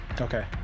okay